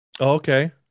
Okay